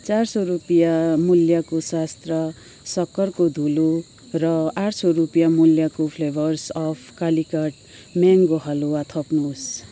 चार सौ रुपियाँ मूल्यको सास्त्र सक्खरको धुलो र आठ सौ रुपियाँ मूल्यको flavours of Calicut mango halwa थप्नुहोस्